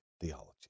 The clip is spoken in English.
theology